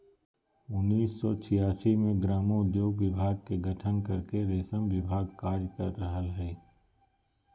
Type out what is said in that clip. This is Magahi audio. उन्नीस सो छिआसी मे ग्रामोद्योग विभाग के गठन करके रेशम विभाग कार्य कर रहल हई